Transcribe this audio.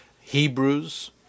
Hebrews